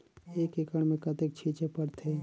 एक एकड़ मे कतेक छीचे पड़थे?